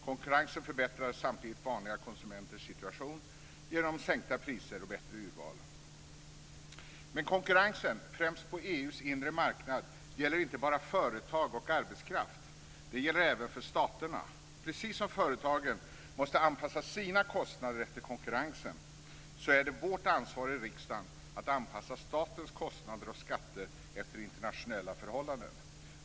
Konkurrensen förbättrar samtidigt vanliga konsumenters situation genom sänkta priser och bättre urval. Men konkurrensen främst på EU:s inre marknad gäller inte bara företag och arbetskraft. Det gäller även för staterna. Precis som företagen måste anpassa sina kostnader efter konkurrensen är det vårt ansvar i riksdagen att anpassa statens kostnader och skatter efter internationella förhållanden.